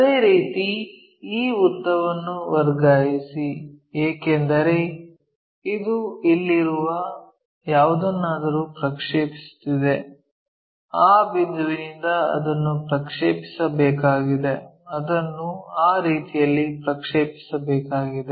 ಅದೇ ರೀತಿ ಈ ಉದ್ದವನ್ನು ವರ್ಗಾಯಿಸಿ ಏಕೆಂದರೆ ಅದು ಇಲ್ಲಿರುವ ಯಾವುದನ್ನಾದರೂ ಪ್ರಕ್ಷೇಪಿಸುತ್ತಿದೆ ಈ ಬಿಂದುವಿನಿಂದ ಅದನ್ನು ಪ್ರಕ್ಷೇಪಿಸಬೇಕಾಗಿದೆ ಅದನ್ನು ಆ ರೀತಿಯಲ್ಲಿ ಪ್ರಕ್ಷೇಪಿಸಬೇಕಾಗಿದೆ